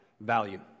value